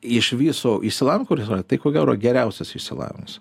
iš viso išsilavinimo kuris yra tai ko gero geriausias išsilavinimas